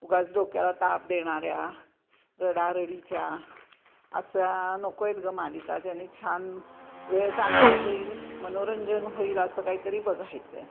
उगााच डोक्याला ताप देणाऱ्या रडारडीच्या असा नको आहेत ग मालिका ज्याने छान वेळ चांगला जाईल मनोरंजन होईल असं काही तरी बघायचं आहे